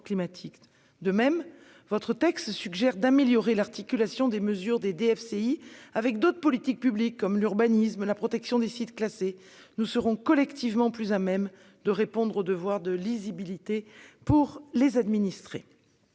Le texte prévoit aussi d'améliorer l'articulation des mesures de DFCI avec d'autres politiques publiques, comme l'urbanisme et la protection des sites classés. Ainsi, nous serons collectivement plus à même de répondre au devoir de lisibilité pour les administrés.